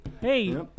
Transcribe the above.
hey